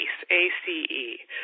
ACE